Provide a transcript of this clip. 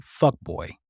fuckboy